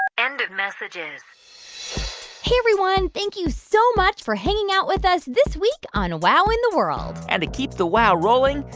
end of messages hey, everyone. thank you so much for hanging out with us this week on wow in the world and to keep the wow rolling,